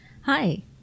Hi